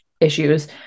issues